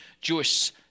Jewish